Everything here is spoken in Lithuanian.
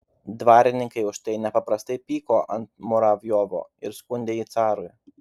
dvarininkai už tai nepaprastai pyko ant muravjovo ir skundė jį carui